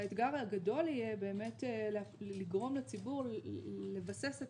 האתגר הגדול יהיה לגרום לציבור לבסס את